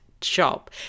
job